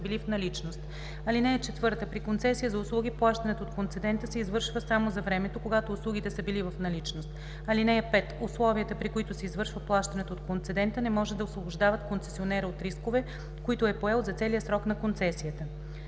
(4) При концесия за услуги плащането от концедента се извършва само за времето, когато услугите са били в наличност. (5) Условията, при които се извършва плащането от концедента, не може да освобождават концесионера от рискове, които е поел за целия срок на концесията.